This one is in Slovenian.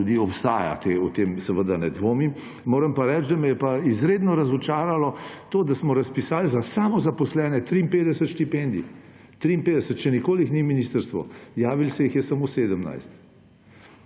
tudi obstaja, o tem seveda ne dvomim, moram pa reči, da me je pa izredno razočaralo to, da smo razpisali za samozaposlene 53 štipendij – 53, še nikoli jih ni ministrstvo! Javil se jih je samo 17.